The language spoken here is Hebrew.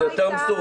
זה יותר מסורבל,